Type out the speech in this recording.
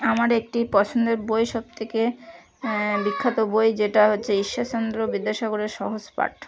আমার একটি পছন্দের বই সব থেকে বিখ্যাত বই যেটা হচ্ছে ঈশ্বরচন্দ্র বিদ্যাসাগরের সহজ পাঠ